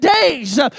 days